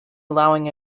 allowing